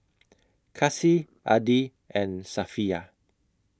Kasih Adi and Safiya